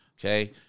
Okay